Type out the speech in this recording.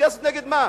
מתגייסת נגד מה?